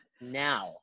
now